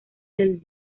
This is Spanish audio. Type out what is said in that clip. del